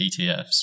ETFs